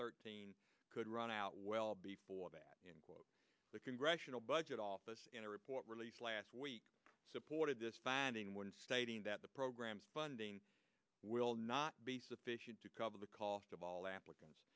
thirteen could run out well before that the congressional budget office in a report released last week supported this finding when stating that the program's funding will not be sufficient to cover the cost of all applicants